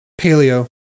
paleo